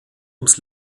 ums